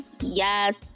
Yes